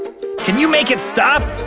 can you make it stop!